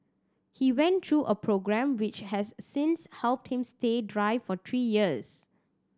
he went through a programme which has since helped him stay dry for three years